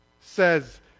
says